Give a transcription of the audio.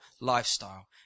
lifestyle